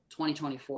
2024